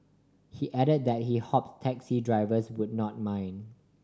he added that he hoped taxi drivers would not mind